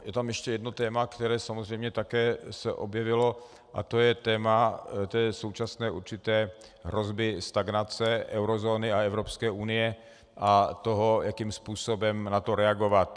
Je tam ještě jedno téma, které se samozřejmě také objevilo, a to je téma současné určité hrozby stagnace eurozóny a Evropské unie a toho, jakým způsobem na to reagovat.